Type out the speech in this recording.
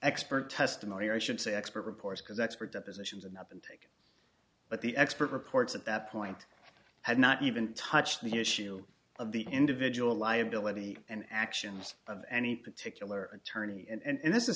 expert testimony i should say expert reports because expert depositions and up and take but the expert reports at that point had not even touched the issue of the individual liability and actions of any particular attorney and